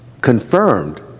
confirmed